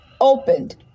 opened